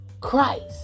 Christ